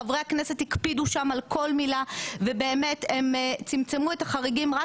חברי הכנסת הקפידו שם על כל מילה ובאמת הם צמצמו את החריגים רק